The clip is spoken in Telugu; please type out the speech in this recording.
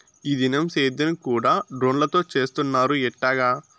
ఈ దినం సేద్యం కూడ డ్రోన్లతో చేస్తున్నారు ఎట్టాగా